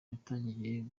yatangiye